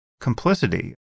Complicity